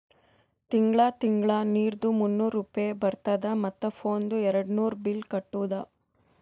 ತಿಂಗಳ ತಿಂಗಳಾ ನೀರ್ದು ಮೂನ್ನೂರ್ ರೂಪೆ ಬರ್ತುದ ಮತ್ತ ಫೋನ್ದು ಏರ್ಡ್ನೂರ್ ಬಿಲ್ ಕಟ್ಟುದ